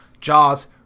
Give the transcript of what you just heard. Jaws